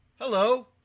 hello